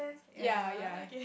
ya ya